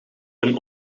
een